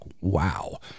wow